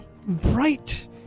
bright